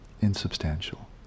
insubstantial